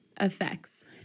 effects